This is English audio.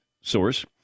source